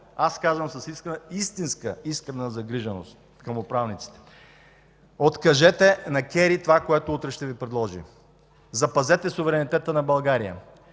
казвам с истинска искрена загриженост към управниците: откажете на Кери това, което утре ще Ви предложи. Запазете суверенитета на България!